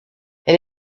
elle